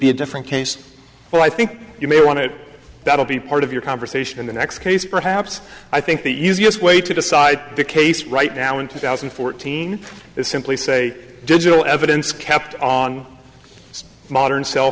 be a different case but i think you may want it that will be part of your conversation in the next case perhaps i think the easiest way to decide the case right now in two thousand and fourteen is simply say digital evidence kept on modern cell